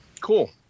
Cool